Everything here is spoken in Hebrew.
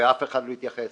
ואף אחד לא התייחס,